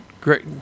great